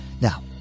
Now